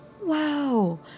wow